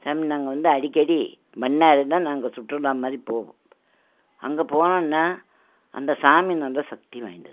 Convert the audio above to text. சாமி நாங்கள் வந்து அடிக்கடி மன்னார்தான் நாங்கள் சுற்றுலா மாதிரி போவோம் அங்கே போனோம்னா அந்த சாமி ரொம்ப சக்தி வாய்ந்தது